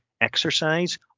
exercise